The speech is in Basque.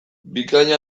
bikain